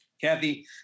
Kathy